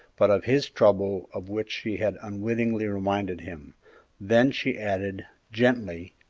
but of his trouble of which she had unwittingly reminded him then she added, gently,